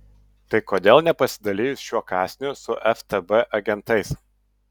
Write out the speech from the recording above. tai kodėl nepasidalijus šiuo kąsniu su ftb agentais